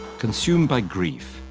consumed by grief,